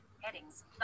Headings